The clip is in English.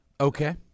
Okay